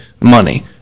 money